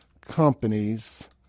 companies